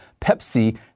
Pepsi